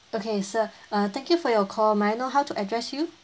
okay sir err thank you for your call may I know how to address you